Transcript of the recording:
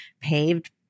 paved